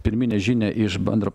pirminę žinią iš bendro